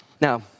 Now